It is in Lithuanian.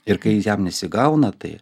ir kai jam nesigauna tai